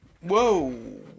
Whoa